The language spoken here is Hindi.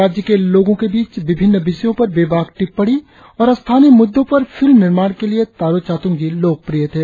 राज्य के लोगो के बीच विभिन्न विषयों पर बेबाक टिप्पणी और स्थानीय मुद्दों पर फिल्म निर्माण के लिए तारों चातुंग जी लोकप्रिय थे